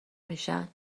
میشن